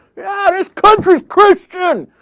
yeah! this country's christian!